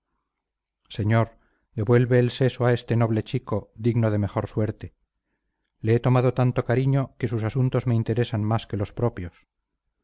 señor devuelve el seso a este noble chico digno de mejor suerte le he tomado tanto cariño que sus asuntos me interesan más que los propios